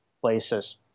places